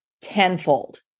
tenfold